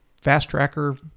fast-tracker